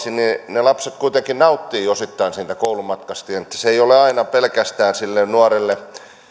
ne lapset osittain nauttivatkin siitä koulumatkasta se ei ole aina sille nuorelle